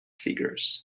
figures